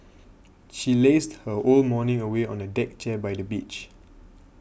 she lazed her whole morning away on a deck chair by the beach